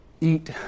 Eat